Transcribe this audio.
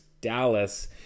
Dallas